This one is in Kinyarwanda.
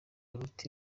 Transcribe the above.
uruti